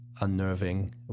unnerving